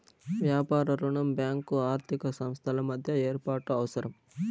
వ్యాపార రుణం బ్యాంకు ఆర్థిక సంస్థల మధ్య ఏర్పాటు అవసరం